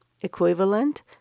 equivalent